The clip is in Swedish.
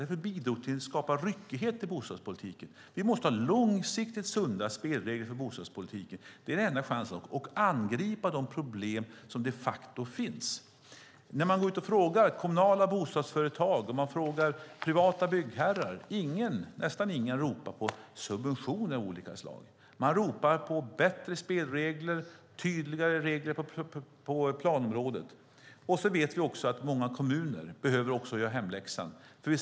Det bidrog till att skapa en ryckighet i bostadspolitiken. Vi måste ha långsiktigt sunda spelregler för bostadspolitiken. Det är enda chansen att angripa de problem som de facto finns. När man frågar kommunala bostadsföretag och privata byggherrar ropar nästan ingen på subventioner av olika slag. De ropar på bättre och tydligare regler på planområdet. Vi vet att många kommuner behöver göra sin hemläxa.